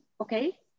okay